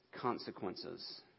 consequences